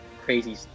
crazy